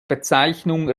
bezeichnung